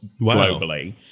globally